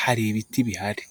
hari ibiti bihari.